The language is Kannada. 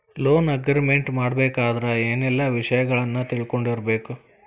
ಲೊನ್ ಅಗ್ರಿಮೆಂಟ್ ಮಾಡ್ಬೆಕಾದ್ರ ಏನೆಲ್ಲಾ ವಿಷಯಗಳನ್ನ ತಿಳ್ಕೊಂಡಿರ್ಬೆಕು?